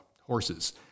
horses